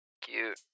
Cute